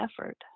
effort